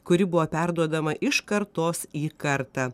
kuri buvo perduodama iš kartos į kartą